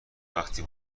وقتی